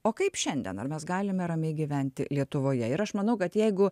o kaip šiandien ar mes galime ramiai gyventi lietuvoje ir aš manau kad jeigu